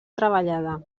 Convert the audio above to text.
treballada